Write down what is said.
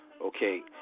okay